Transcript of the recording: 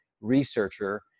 researcher